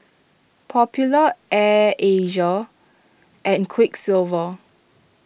Popular Air Asia and Quiksilver